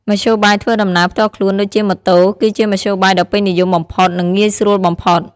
មធ្យោបាយធ្វើដំណើរផ្ទាល់ខ្លួនដូចជាម៉ូតូគឺជាមធ្យោបាយដ៏ពេញនិយមបំផុត និងងាយស្រួលបំផុត។